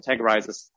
categorizes